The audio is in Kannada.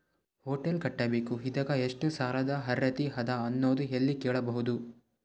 ಹೊಟೆಲ್ ಕಟ್ಟಬೇಕು ಇದಕ್ಕ ಎಷ್ಟ ಸಾಲಾದ ಅರ್ಹತಿ ಅದ ಅನ್ನೋದು ಎಲ್ಲಿ ಕೇಳಬಹುದು?